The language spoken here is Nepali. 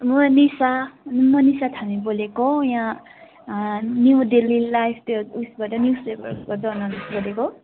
म निशा म निशा थामी बोलेको यहाँ न्यू डेली लाइफ त्यो उएसबाट न्यूज पेपरको जर्नलिस्ट बोलेको